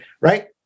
right